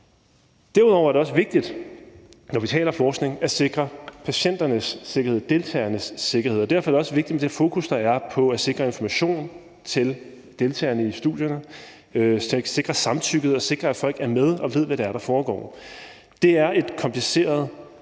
Derudover er det også vigtigt, når vi taler forskning, af sikre deltagernes sikkerhed. Derfor er det også vigtigt med det fokus, der er på at sikre information til deltagerne i studierne, sikre samtykket og sikre, at folk er med og ved, hvad det er, der foregår. Det er et kompliceret